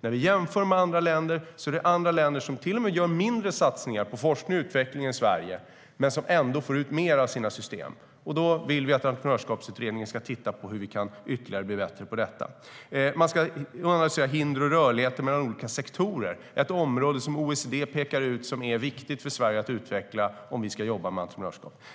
När vi jämför med andra länder är det andra länder som till och med gör mindre satsningar på forskning och utveckling än Sverige men som ändå får ut mer av sina system. Vi vill att Entreprenörskapsutredningen ska titta på hur vi kan ytterligare bli bättre på detta. Den ska se till hinder och rörligheter mellan olika sektorer. Det är ett område som OECD pekar ut som viktigt för Sverige att utveckla om vi ska jobba med entreprenörskap.